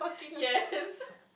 yes